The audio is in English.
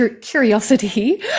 curiosity